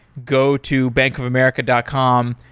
go to bankofamerica dot com,